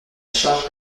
charge